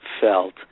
felt